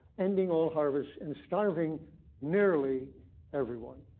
ending all harvest and starving nearly everyone.